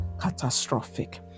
catastrophic